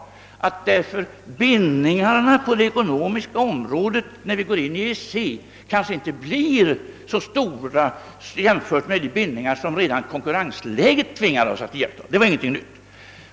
Jag har sagt att bindningarna på det ekonomiska området vid ett inträde i EEC kanske inte blir så stora i jämförelse med de bindningar som redan <:konkurrenslägel tvingar oss att iaktta.